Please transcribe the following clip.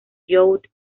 youth